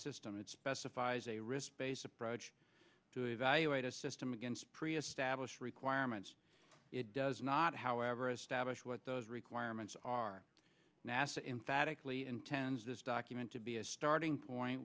system it specifies a risk based approach to evaluate a system against pre established requirements it does not however establish what those requirements are nasa emphatically intends this document to be a starting point